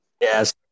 yes